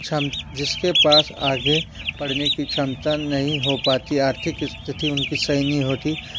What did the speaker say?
क्षम जिस के पास आगे पढ़ने की क्षमता नहीं हो पाती आर्थिक स्थिथि उनकी सही नहीं होती